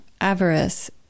Avarice